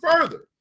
further